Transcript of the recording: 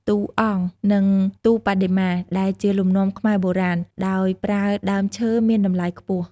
ទូអង្គ និងទូបដិមា ដែលជាលំនាំខ្មែរបុរាណ ដោយប្រើដើមឈើមានតម្លៃខ្ពស់។